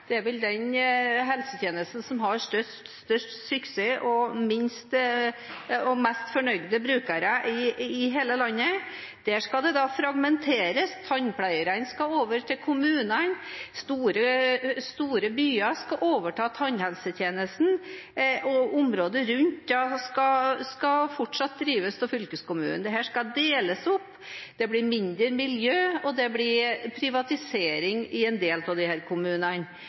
er vel den helsetjenesten som har størst suksess og mest fornøyde brukere i hele landet. Der skal det da fragmenteres. Tannpleierne skal over til kommunene, store byer skal overta tannhelsetjenesten, og området rundt skal fortsatt drives av fylkeskommunen. Dette skal deles opp, det blir mindre miljøer, og det blir privatisering i en del av disse kommunene.